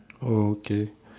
okay